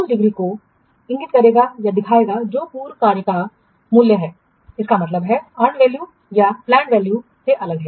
तो यह उस डिग्री को इंगित करेगा जो पूर्ण कार्य का मूल्य है इसका मतलब है अर्नड वैल्यू यह पलैंड वैल्यू से अलग है